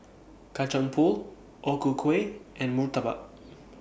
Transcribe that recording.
Kacang Pool O Ku Kueh and Murtabak